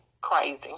crazy